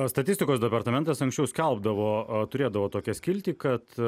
o statistikos departamentas anksčiau skalbdavo turėdavo tokią skiltį kad